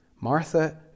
Martha